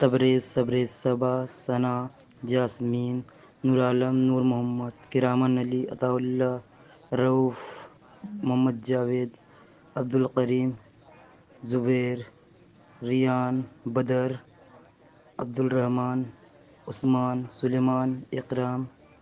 Tabrez Sabriz Saba Sana Yasmin Noor Alam Noor Muhammad Kiraman Ali Ata Ullah Rauf Muhammad Javed Abdul Karim Zubair Rayyan Badr Abdul Rahman Usman Sulaiman Ikram